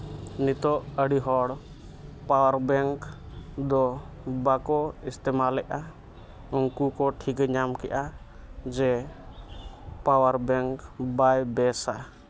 ᱱᱤᱛᱚᱜ ᱟᱹᱰᱤ ᱦᱚᱲ ᱯᱟᱣᱟᱨ ᱵᱮᱝᱠ ᱫᱚ ᱵᱟᱠᱚ ᱤᱥᱛᱮᱢᱟᱞᱮᱜᱼᱟ ᱩᱱᱠᱩ ᱠᱚ ᱴᱷᱤᱠᱟᱹ ᱧᱟᱢ ᱠᱮᱜᱼᱟ ᱡᱮ ᱯᱟᱣᱟᱨ ᱵᱮᱝᱠ ᱵᱟᱭ ᱵᱮᱥᱟ